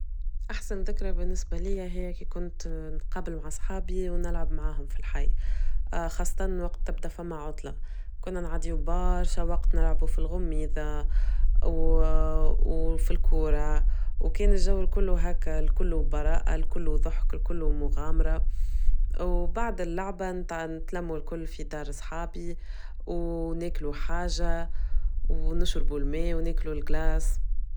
أحسن ذكرى بالنسبة ليا هي كنت نقابل مع صحابي ونلعب معاهم في الحي خاصة وقت تبدء في مع عضلة كنا نعادي وبااااارشة وقت نلعبو في الغميذة وفي الكورة وكان الجو الكلو هكا الكلو براءة الكلو ضحك الكلو مغامرة وبعد اللعبة نتلمو الكلو في دار صحابي ونأكلو حاجة ونشربو الماء ونأكلو الجلاس.